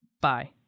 bye